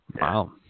Wow